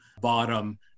bottom